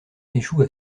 échoue